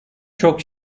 çok